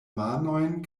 manojn